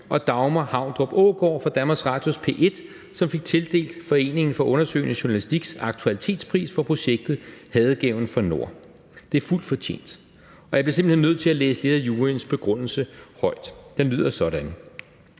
og Dagmar Havndrup Aagaard fra Danmarks Radios P1, som fik tildelt Foreningen for Undersøgende Journalistiks aktualitetspris for projektet »Hadegaven fra nord«. Det er fuldt fortjent. Kl. 16:51 Jeg bliver simpelt hen nødt til at læse lidt af juryens begrundelse højt. Den lyder sådan: